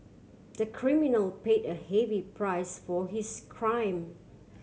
the criminal paid a heavy price for his crime